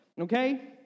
Okay